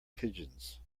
pigeons